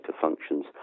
functions